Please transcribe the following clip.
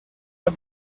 are